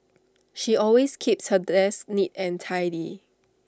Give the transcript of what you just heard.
she always keeps her desk neat and tidy